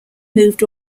moved